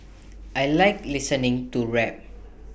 I Like listening to rap